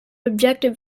objective